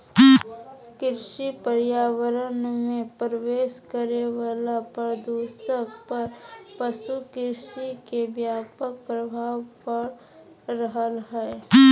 कृषि पर्यावरण मे प्रवेश करे वला प्रदूषक पर पशु कृषि के व्यापक प्रभाव पड़ रहल हई